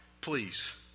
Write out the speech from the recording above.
Please